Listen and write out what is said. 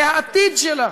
זה העתיד שלה,